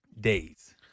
days